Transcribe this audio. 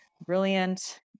brilliant